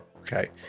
Okay